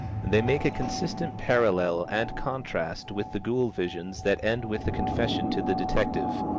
they make a consistent parallel and contrast with the ghoul-visions that end with the confession to the detective.